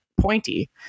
pointy